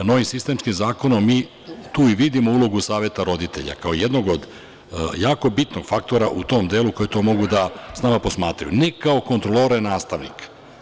Novim sistemskim zakonom mi tu i vidimo ulogu saveta roditelja kao jednog od jako bitnog faktora u tom delu koji tu mogu samo da posmatraju, ne kao kontrolore nastavnike.